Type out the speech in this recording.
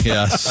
Yes